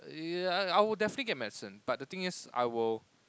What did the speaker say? I would definitely get medicine but the thing is I will